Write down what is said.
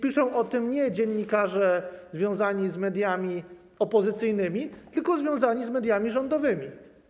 Piszą o tym nie dziennikarze związani z mediami opozycyjnymi, tylko związani z mediami rządowymi.